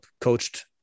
coached